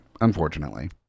unfortunately